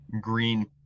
Green